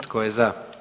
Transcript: Tko je za?